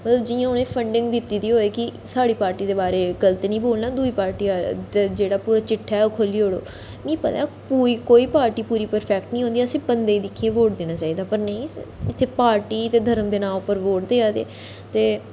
जियां उ'नें फंडिंग दित्ती दी होऐ कि साढ़ी पार्टी दे बारे च गलत नेईं बोलना दुई पार्टी दे बारे च जेह्ड़ा पूरा चिट्ठा ऐ ओह् खोली ओड़ो मिकी पता ऐ कोई पार्टी पूरी प्रफैक्ट नी होंदी असें बंदे दिक्खियै वोट देना चाहिदा पर नेईं इत्थैं पार्टी ते धर्म दे नांऽ उप्पर वोट देआ दे ते